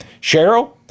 Cheryl